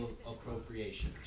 appropriation